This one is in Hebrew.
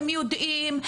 הם יודעים,